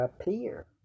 appear